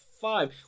five